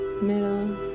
middle